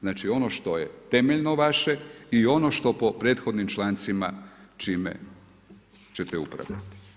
Znači ono što je temeljno vaše i ono što po prethodnim člancima čime ćete upravljati.